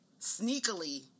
sneakily